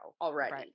already